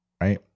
right